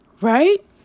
Right